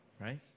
Right